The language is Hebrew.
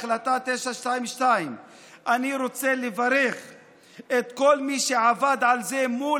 החלטה 922. אני רוצה לברך את כל מי שעבד על זה מול